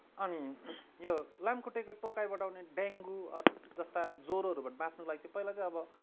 अनि यो लामखुट्टेको टोकाइबाट आउने डेङ्गु अ जस्ता ज्वरोहरूबाट बाँच्नको लागि चाहिँ पहिला चाहिँ अब